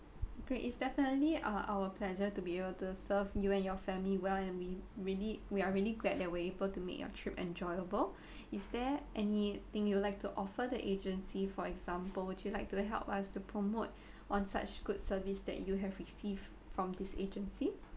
great it's definitely ah our pleasure to be able to serve you and your family well and we really we are really glad they were able to make your trip enjoyable is there anything you would like to offer the agency for example would you like to help us to promote on such good service that you have received from this agency